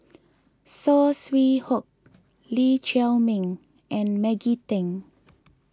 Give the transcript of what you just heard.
Saw Swee Hock Lee Chiaw Meng and Maggie Teng